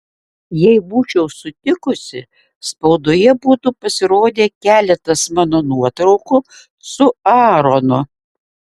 jei būčiau sutikusi spaudoje būtų pasirodę keletas mano nuotraukų su aaronu